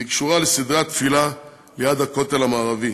והיא קשורה לסדרי התפילה ליד הכותל המערבי.